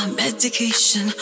medication